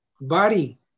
body